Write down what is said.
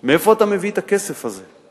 מאיפה אתה מביא את הכסף הזה?